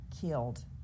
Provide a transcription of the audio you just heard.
killed